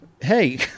Hey